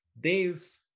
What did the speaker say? Dave